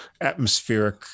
atmospheric